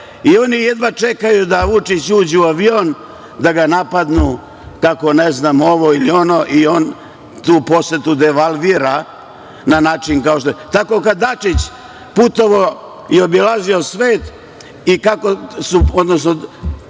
i oni jedva čekaju da Vučić uđe u avion da ga napadnu kako ne znam ovo ili ono i on tu posetu devalvira na način kao što